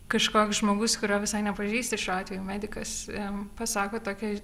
kažkoks žmogus kurio visai nepažįsti šiuo atveju medikas jam pasako tokią